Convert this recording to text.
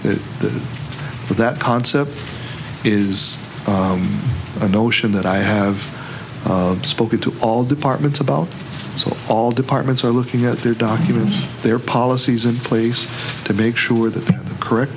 that for that concept is a notion that i have spoken to all departments about so all departments are looking at their documents their policies in place to make sure that the correct